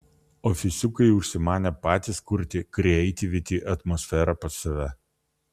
ofisiukai užsimanė patys kurti krieitivity atmosferą pas save